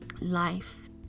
life